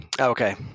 Okay